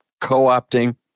co-opting